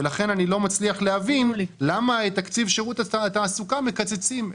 אני לא מצליח להבין למה את תקציב שירות התעסוקה מקצצים.